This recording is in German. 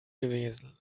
gewesen